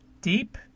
deep